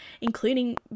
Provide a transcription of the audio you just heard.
including